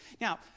Now